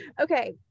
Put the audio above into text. okay